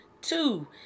two